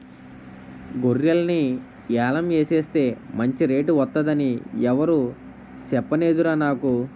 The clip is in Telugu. గొర్రెల్ని యాలం ఎసేస్తే మంచి రేటు వొత్తదని ఎవురూ సెప్పనేదురా నాకు